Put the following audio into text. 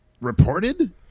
reported